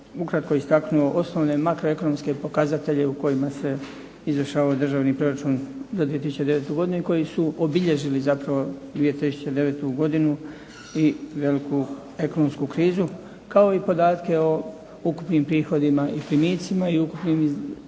je istakao osnovne makroekonomske pokazatelje u kojima se izvršavao državni proračun za 2009. godinu i koji su obilježili zapravo 2009. godinu i veliku ekonomsku krizu kao podatke o ukupnim primicima i prihodima i ukupnim rashodima